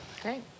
great